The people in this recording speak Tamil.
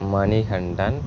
மணிகண்டன்